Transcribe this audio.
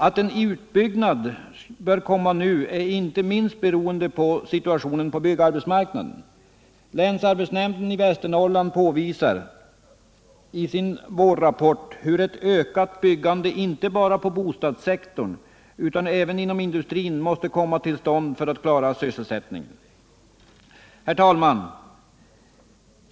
Att en utbyggnad bör komma nu beror inte minst på situationen på byggarbetsmarknaden. Länsarbetsnämnden i Västernorrland påvisar i sin Nr 143 vårrapport hur ett ökat byggande inte bara på bostadssektorn utan även inom industrin måste komma till stånd för att klara sysselsättningen. Herr talman!